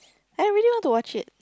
I really want to watch it